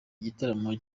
igitaramo